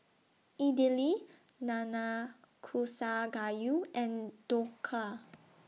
Idili Nanakusa Gayu and Dhokla